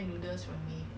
they talk to you